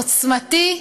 עוצמתי,